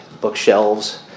bookshelves